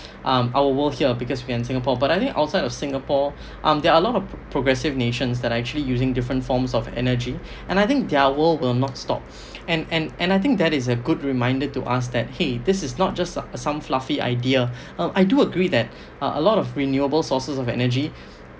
um our world here because we are in singapore but I think outside of singapore um there are a lot of progressive nations that are actually using different forms of energy and I think their world will not stop and and and I think that is a good reminder to us that !hey! this is not just some fluffy idea uh I do agree that uh a lot of renewable sources of energy